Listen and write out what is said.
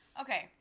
Okay